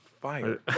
fire